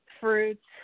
fruits